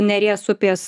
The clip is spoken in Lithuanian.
neries upės